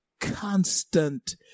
constant